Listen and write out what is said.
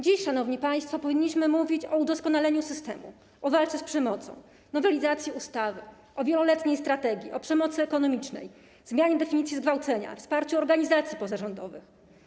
Dziś, szanowni państwo, powinniśmy mówić o udoskonaleniu systemu, o walce z przemocą, o nowelizacji ustawy, o wieloletniej strategii, o przemocy ekonomicznej, o zmianie definicji zgwałcenia, o wsparciu organizacji pozarządowych.